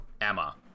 Emma